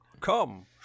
come